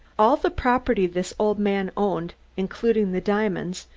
all the property this old man owned, including the diamonds,